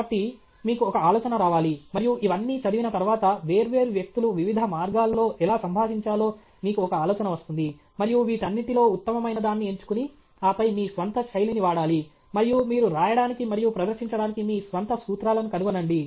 కాబట్టి మీకు ఒక ఆలోచన రావాలి మరియు ఇవన్నీ చదివిన తరువాత వేర్వేరు వ్యక్తులు వివిధ మార్గాల్లో ఎలా సంభాషించాలో మీకు ఒక ఆలోచన వస్తుంది మరియు వీటన్నిటిలో ఉత్తమమైనదాన్ని ఎంచుకుని ఆపై మీ స్వంత శైలిని వాడాలి మరియు మీరు రాయడానికి మరియు ప్రదర్శించడానికి మీ స్వంత సూత్రాలను కనుగొనండి